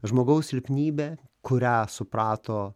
žmogaus silpnybė kurią suprato